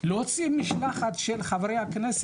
להוציא משלחת של חה"כ,